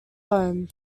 home